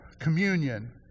communion